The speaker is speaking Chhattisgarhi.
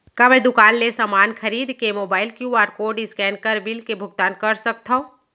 का मैं दुकान ले समान खरीद के मोबाइल क्यू.आर कोड स्कैन कर बिल के भुगतान कर सकथव?